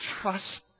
trust